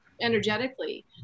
energetically